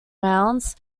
mounds